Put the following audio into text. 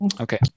Okay